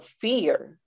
fear